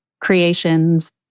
creations